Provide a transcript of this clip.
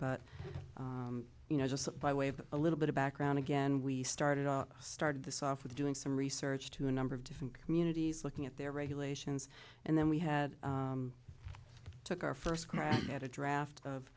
but you know just by way of a little bit of background again we started out started this off with doing some research to a number of different communities looking at their regulations and then we had took our first crack at a draft of